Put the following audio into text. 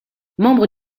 membre